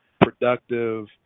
productive